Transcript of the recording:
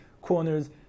corners